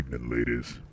Ladies